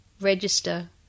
register